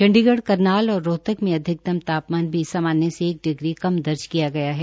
चंडीगढ़ करनाल और रोहतक में अधिकतम ता ामन भी सामान्य से एक डिग्री कम दर्ज किया गया है